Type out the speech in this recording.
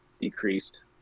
decreased